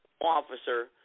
officer